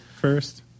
first